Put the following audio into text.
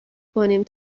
کنیم